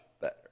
better